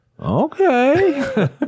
Okay